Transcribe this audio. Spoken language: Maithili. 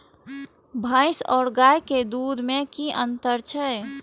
भैस और गाय के दूध में कि अंतर छै?